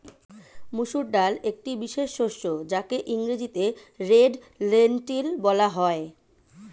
মুসুর ডাল একটি বিশেষ শস্য যাকে ইংরেজিতে রেড লেন্টিল বলা হয়